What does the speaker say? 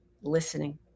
Listening